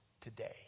today